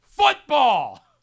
Football